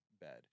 bad